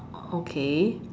uh okay